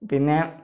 പിന്നെ